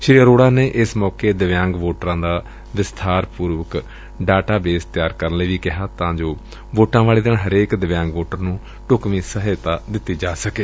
ਸ੍ਰੀ ਅਰੋੜਾ ਨੇ ਇਸ ਮੌਕੇ ਦਿਵਿਆਂਗ ਵੋਟਰਾਂ ਦਾ ਵਿਸਬਾਰਤ ਡਾਟਾ ਬੇਸ ਤਿਆਰ ਕਰਨ ਲਈ ਵੀ ਕਿਹਾ ਤਾਂ ਕਿ ਵੋਟਾਂ ਵਾਲੇ ਦਿਨ ਹਰੇਕ ਦਿਵਿਆਂਗ ਵੋਟਰ ਨੂੰ ਢੁਕਵੀ ਸਹਾਇਤਾ ਦੇਣੀ ਯਕੀਨੀ ਬਣਾਈ ਜਾ ਸਕੇ